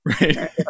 Right